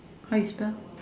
how you spell